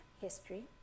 history